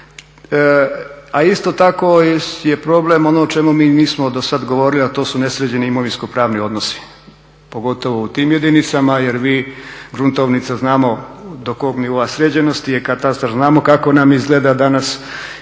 a isto tako je problem ono o čemu mi nismo dosad govorili, a to su nesređeni imovinsko-pravni odnosi pogotovo u tim jedinicama. Jer vi, gruntovnica znamo do kog nivoa sređenosti je, katastar znamo kako nam izgleda danas i kad